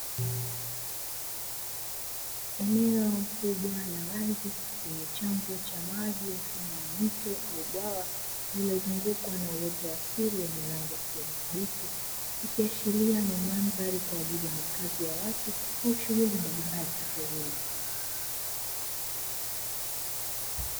Eneo kubwa la wazi lenye chanzo cha maji mfano wa mto au bwawa, lililozungukwa na uoto wa asili yenye rangi ya kijani kibichi ikiashiria ni mandhari kwaajili ya makazi ya watu au shughuli mbalimbali za kilimo.